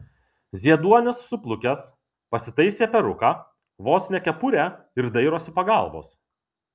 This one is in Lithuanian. zieduonis suplukęs pasitaisė peruką vos ne kepurę ir dairosi pagalbos